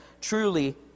Truly